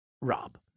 Rob